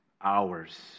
hours